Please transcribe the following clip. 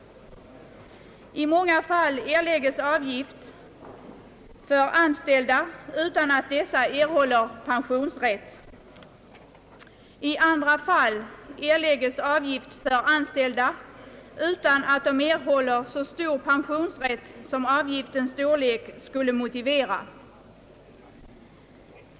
I många fall erlägges avgift för anställda utan att dessa erhåller pensionsrätt. I andra fall erläggs avgift för anställda utan att dessa får rätt till så stor pension som avgiftens storlek skulle motivera.